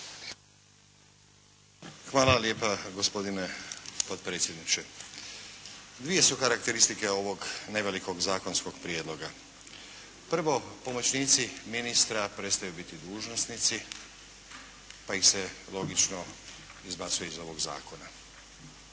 Hvala lijepa gospodine potpredsjedniče. Dvije su karakteristike ovog nevelikog zakonskog prijedloga. Prvo pomoćnici ministra prestaju biti dužnosnici, pa ih se logično izbacuje iz ovog zakona.